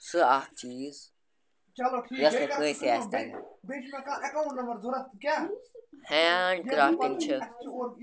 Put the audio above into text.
سُہ اَکھ چیٖز یۄس نہٕ کٲنٛسی آسہِ تَگان ہینٛڈ کرٛافٹِنٛگ چھِ